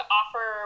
offer